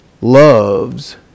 loves